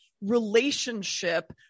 Relationship